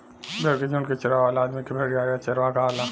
भेड़ के झुंड के चरावे वाला आदमी के भेड़िहार या चरवाहा कहाला